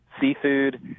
seafood